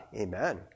Amen